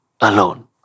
alone